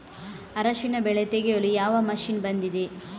ಅರಿಶಿನ ಬೆಳೆ ತೆಗೆಯಲು ಯಾವ ಮಷೀನ್ ಬಂದಿದೆ?